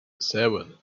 seven